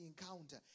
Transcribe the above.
encounter